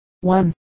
One